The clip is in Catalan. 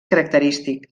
característic